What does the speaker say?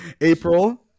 april